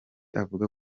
avuga